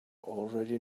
already